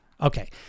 Okay